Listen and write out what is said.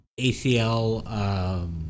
ACL